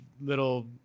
little